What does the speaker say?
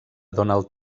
donald